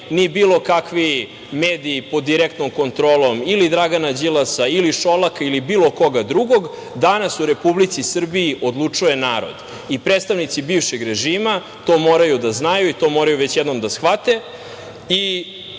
ni bilo kakvi mediji pod direktnom kontrolom ili Dragana Đilasa ili Šolaka ili bilo koga drugog, danas u Republici Srbiji odlučuje narod. Predstavnici bivšeg režima to moraju da znaju i to moraju već jednom da